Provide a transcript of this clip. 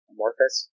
Amorphous